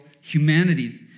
humanity